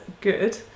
good